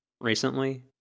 recently